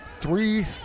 three